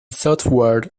software